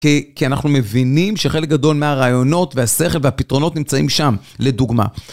כי אנחנו מבינים שחלק גדול מהרעיונות והשכל והפתרונות נמצאים שם, לדוגמה.